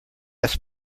asked